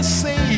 say